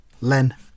Len